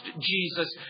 Jesus